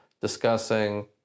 discussing